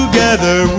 Together